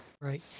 Right